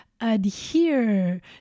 adhere